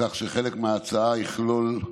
כך שחלק מההצעה יכלול,